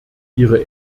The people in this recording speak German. ihre